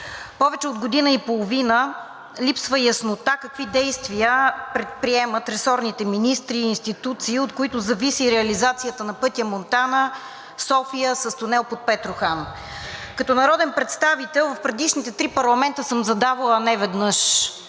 Повече от година и половина липсва яснота какви действия предприемат ресорните министри и институции, от които зависи реализацията на пътя Монтана – София с тунел под Петрохан. Като народен представител в предишните три парламента съм задавала неведнъж